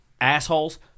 assholes